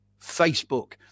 Facebook